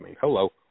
hello